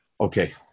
Okay